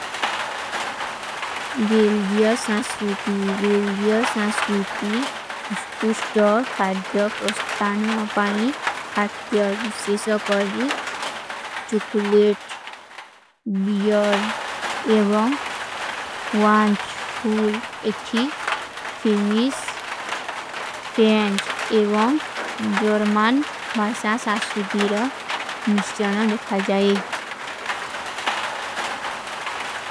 ବେଲ୍ଜିଯା ସଂସ୍ରୂତି, ବେଲ୍ଜିଯା ସଂସ୍ରୂତି ଉସକୁଷ୍ଟା ଖାତ୍ଯା ପ୍ରସ୍ତାନ ଅପାଈଂ, ଖାତ୍ଯା ଵିଶେଶ କର ଜୀ, ଚୁକୁଲେଟ, ବିଯର ଏଵଂ, ଵାଂଚ, ଫୂଲ, ଏଠୀ, ଫେମିସ, ଫ୍ରେଂଚ, ଏଵଂ, ଜର୍ମାନ, ବାଈସା, ସଂସ୍ରୂତି ରା ମିଷ୍ଚନା ଦେଖା ଜାଏ।